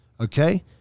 okay